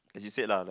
as you said lah like